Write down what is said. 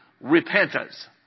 repentance